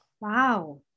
wow